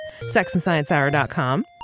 sexandsciencehour.com